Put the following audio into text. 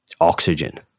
oxygen